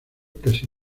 casi